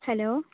hello